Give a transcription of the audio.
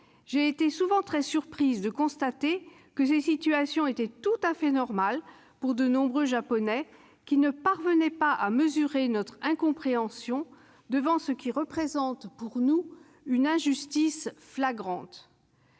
J'ai souvent été très surprise de constater que ces situations étaient tout à fait normales pour de nombreux Japonais, qui ne parvenaient pas à mesurer notre incompréhension devant ce qui représente pour nous une injustice flagrante.